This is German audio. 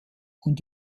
und